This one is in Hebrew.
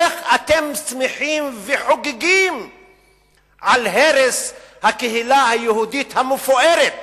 איך אתם שמחים וחוגגים על הרס הקהילה היהודית המפוארת